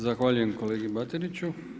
Zahvaljujem kolegi Batiniću.